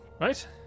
right